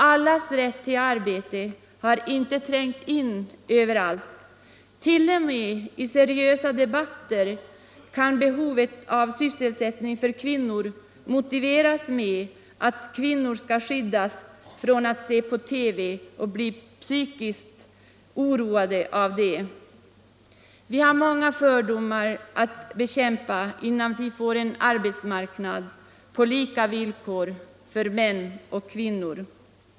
Allas rätt till arbete har inte trängt in överallt, t.o.m. i seriösa debatter kan behovet av sysselsättning för kvinnor motiveras med att kvinnor skall skyddas från att se alltför mycket på TV och bli psykiskt oroade av det. Det finns många fördomar att bekämpa innan vi får en arbetsmarknad på lika villkor för män och kvinnor.